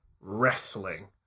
Wrestling